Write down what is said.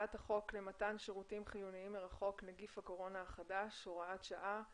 הצעת החוק למתן שירותים חיוניים מרחוק (נגיף הקורונה החדש הוראת שעה),